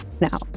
Now